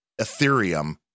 Ethereum